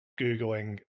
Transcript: Googling